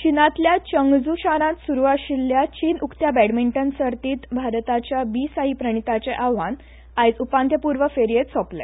चीनांतल्या चंगझू शारांत सुरू आशिल्ल्या चीन उकत्या बॅडमिंटन सर्तींत भारताच्या बी साईप्रणीताचे आव्हान आयज उपांत्यपूर्व फेरयेंत सोंपले